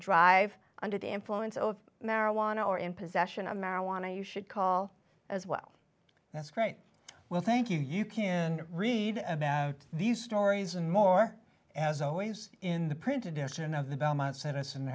drive under the influence of marijuana or in possession of marijuana you should call as well that's right well thank you you can read about these stories and more as always in the print edition of the belmont send us an